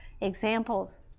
Examples